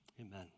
Amen